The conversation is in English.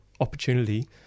opportunity